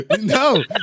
No